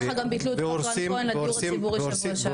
ככה גם ביטלו את חוק רן כהן לדיור הציבורי שבוע שעבר.